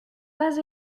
pas